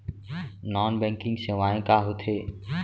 non banking सेवाएं का होथे